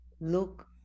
look